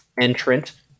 entrant